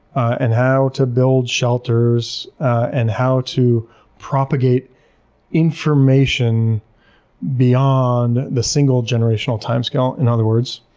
and how to build shelters, and how to propagate information beyond the single generational timescale. in other words,